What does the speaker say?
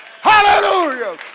Hallelujah